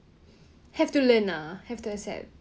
have to learn uh have to accept